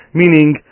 meaning